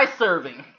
serving